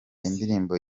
indirimbo